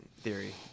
theory